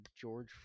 George